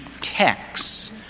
texts